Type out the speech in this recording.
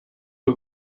but